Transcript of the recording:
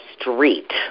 street